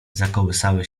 zakołysały